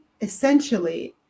essentially